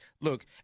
look